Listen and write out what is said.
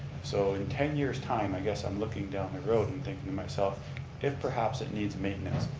so in ten year's time, i guess i'm looking down the road and thinking to myself if perhaps it needs maintenance,